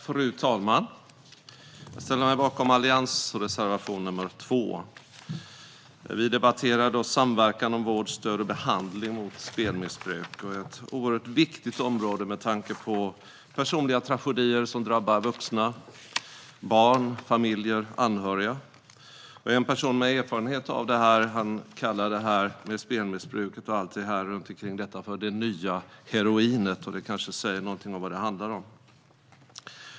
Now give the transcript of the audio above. Fru talman! Jag ställer mig bakom reservation nr 2 från Alliansen. Vi debatterar i dag samverkan om vård, stöd och behandling mot spelmissbruk. Det är ett oerhört viktigt område med tanke på de personliga tragedier som drabbar vuxna, barn, familjer och anhöriga. En person med erfarenhet på området kallar spelmissbruket för det nya heroinet. Det säger kanske någonting om vad det handlar om.